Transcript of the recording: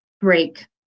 break